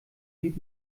blieb